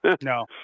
No